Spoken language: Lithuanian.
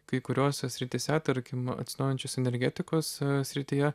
kai kuriose srityse tarkim atsinaujinančios energetikos srityje